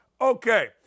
Okay